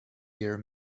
year